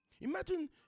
Imagine